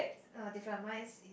uh different mine is